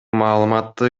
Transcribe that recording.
маалыматты